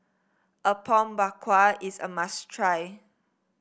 Apom Berkuah is a must try